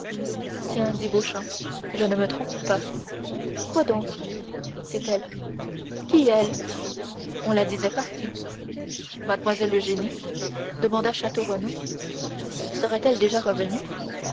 tiens dit beauchamp je ne me trompe pas quoi donc c'est elle qui elle on la disait partie mlle eugénie demanda château renaud serait-elle déjà revenue